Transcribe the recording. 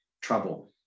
trouble